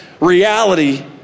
reality